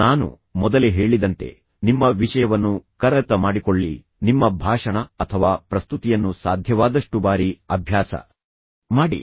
ನಾನು ಮೊದಲೇ ಹೇಳಿದಂತೆ ನಿಮ್ಮ ವಿಷಯವನ್ನು ಕರಗತ ಮಾಡಿಕೊಳ್ಳಿ ನಿಮ್ಮ ಭಾಷಣ ಅಥವಾ ಪ್ರಸ್ತುತಿಯನ್ನು ಸಾಧ್ಯವಾದಷ್ಟು ಬಾರಿ ಅಭ್ಯಾಸ ಮಾಡಿ